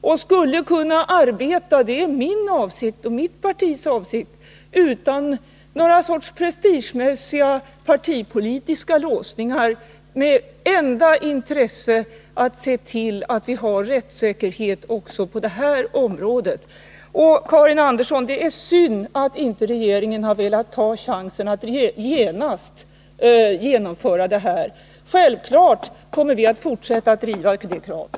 Den skulle kunna arbeta — det är min och mitt partis avsikt — utan någon sorts prestigemässiga partipolitiska låsningar och ha som enda intresse att se till att vi har rättssäkerhet också på det här området. Det är synd, Karin Andersson, att regeringen inte har velat ta chansen att genast tillsätta en sådan här kommission. Vi kommer självfallet att fortsätta att driva det kravet.